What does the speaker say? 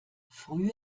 früher